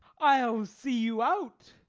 i'll see you out.